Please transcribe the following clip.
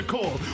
call